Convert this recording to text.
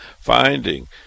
finding